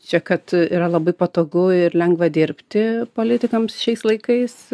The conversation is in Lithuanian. čia kad yra labai patogu ir lengva dirbti politikams šiais laikais